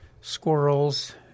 squirrels